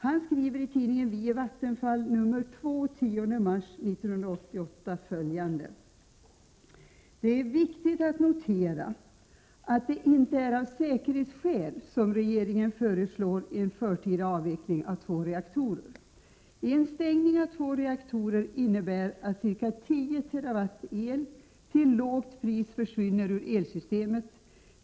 Han skriver i tidningen Vi i Vattenfall nr 2 av den 10 mars 1988 följande: ”Det är viktigt att notera att det inte är av säkerhetsskäl som regeringen föreslår en förtida avveckling av två reaktorer. En stängning av två reaktorer innebär att ca 10 TWh el till lågt pris försvinner ur elsystemet.